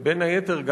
ובין היתר,